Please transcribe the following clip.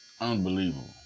Unbelievable